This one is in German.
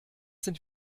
sind